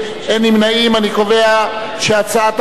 נתקבלה.